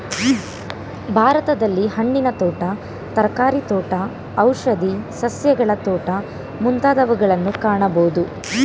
ಭಾರತದಲ್ಲಿ ಹಣ್ಣಿನ ತೋಟ, ತರಕಾರಿ ತೋಟ, ಔಷಧಿ ಸಸ್ಯಗಳ ತೋಟ ಮುಂತಾದವುಗಳನ್ನು ಕಾಣಬೋದು